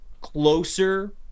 closer